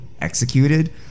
executed